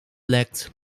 lekt